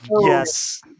Yes